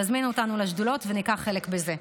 תזמינו אותנו לשדולות וניקח חלק בזה.